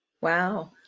Wow